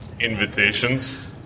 Invitations